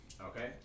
Okay